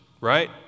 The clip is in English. right